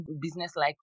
business-like